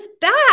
back